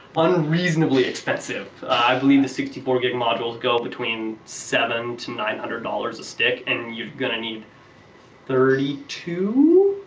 unreasonably expensive. i believe the sixty four gig modules go between seven to nine hundred dollars a stick and you're gonna need thirty two